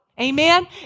Amen